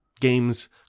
games